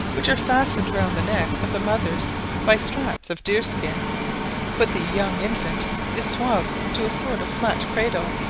which are fastened round the necks of the mothers by straps of deer-skin but the young infant is swathed to a sort of flat cradle,